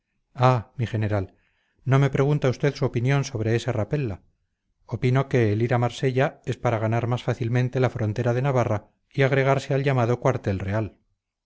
ah mi general no me pregunta usted su opinión sobre ese rapella opino que el ir a marsella es para ganar más fácilmente la frontera de navarra y agregarse al llamado cuartel real